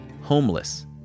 homeless